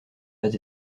pas